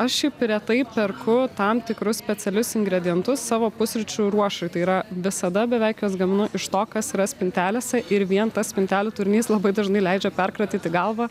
aš šiaip retai perku tam tikrus specialius ingredientus savo pusryčių ruošai tai yra visada beveik juos gaminu iš to kas yra spintelėse ir vien tas spintelių turinys labai dažnai leidžia perkratyti galvą